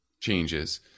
changes